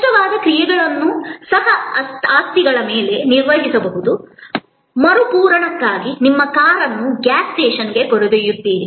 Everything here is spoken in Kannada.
ಸ್ಪಷ್ಟವಾದ ಕ್ರಿಯೆಗಳನ್ನು ಸಹ ಆಸ್ತಿಗಳ ಮೇಲೆ ನಿರ್ವಹಿಸಬಹುದು ಮರುಪೂರಣಕ್ಕಾಗಿ ನಿಮ್ಮ ಕಾರನ್ನು ಗ್ಯಾಸ್ ಸ್ಟೇಷನ್ಗೆ ಕರೆದೊಯ್ಯುತ್ತೀರಿ